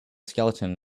skeleton